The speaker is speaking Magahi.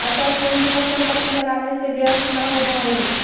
अचल पूंजी पर संपत्ति लगावे से व्यर्थ न होवऽ हई